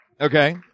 Okay